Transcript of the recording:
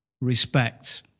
respect